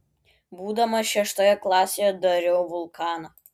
būdamas šeštoje klasėje dariau vulkaną